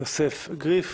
יוסף גריף.